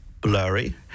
blurry